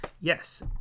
Yes